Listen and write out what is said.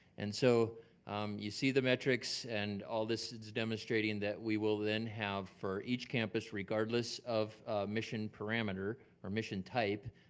and so you see the metrics and all this is demonstrating that we will then have for each campus regardless of mission parameter or mission type,